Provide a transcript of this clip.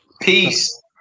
Peace